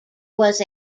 was